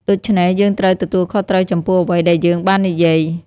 ដូច្នេះ យើងត្រូវទទួលខុសត្រូវចំពោះអ្វីដែលយើងបាននិយាយ។